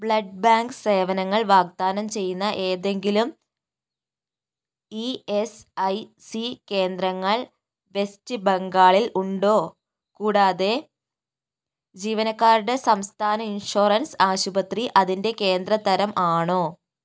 blood bank സേവനങ്ങൾ വാഗ്ദാനം ചെയ്യുന്ന ഏതെങ്കിലും ഇ എസ് ഐ സി കേന്ദ്രങ്ങൾ വെസ്റ്റ് ബംഗാളിൽ ഉണ്ടോ കൂടാതെ ജീവനക്കാരുടെ സംസ്ഥാന ഇൻഷുറൻസ് ആശുപത്രി അതിൻ്റെ കേന്ദ്ര തരം ആണോ